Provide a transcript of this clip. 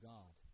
God